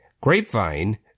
Grapevine